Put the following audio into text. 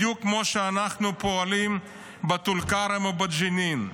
בדיוק כמו שאנחנו פועלים בטול כרם או בג'נין.